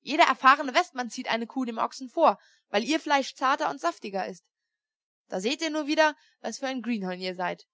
jeder erfahrene westmann zieht eine kuh dem ochsen vor weil ihr fleisch zarter und saftiger ist da seht ihr nun wieder was für ein greenhorn ihr seid